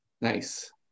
nice